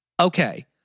Okay